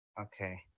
Okay